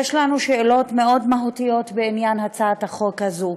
יש לנו שאלות מאוד מהותיות בעניין הצעת החוק הזאת,